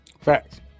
facts